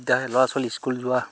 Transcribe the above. এতিয়া ল'ৰা ছোৱালী স্কুল যোৱা